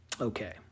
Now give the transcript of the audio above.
Okay